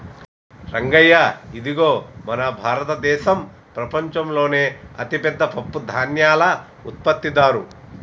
రంగయ్య ఇదిగో మన భారతదేసం ప్రపంచంలోనే అతిపెద్ద పప్పుధాన్యాల ఉత్పత్తిదారు